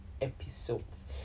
episodes